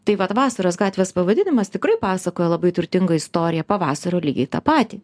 tai vat vasaros gatvės pavadinimas tikrai pasakoja labai turtingą istoriją pavasario lygiai tą patį